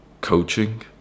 coaching